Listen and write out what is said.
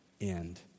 end